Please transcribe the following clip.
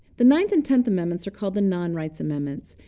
the ninth and tenth amendments are called the non-rights amendments.